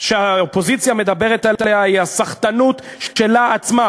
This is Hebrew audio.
שהאופוזיציה מדברת עליה היא הסחטנות שלה עצמה.